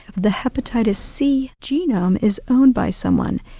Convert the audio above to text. the hepatitis c genome is owned by someone,